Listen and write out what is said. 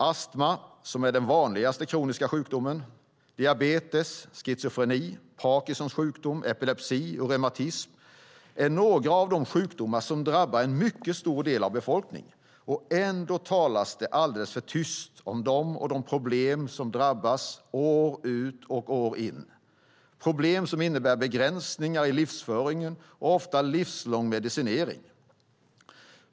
Astma, som är den vanligaste kroniska sjukdomen, diabetes, schizofreni, Parkinsons sjukdom, epilepsi och reumatism är några av de sjukdomar som drabbar en mycket stor del av befolkningen. Ändå talas det alldeles för tyst om dem och om de problem som de drabbade har år ut och år in. Det är problem som innebär begränsningar i livsföringen och ofta livslång medicinering.